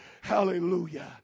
hallelujah